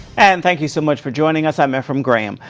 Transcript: and thank you so much for joining us. i'm efrem graham.